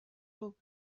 will